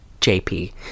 jp